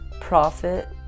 profit